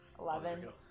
Eleven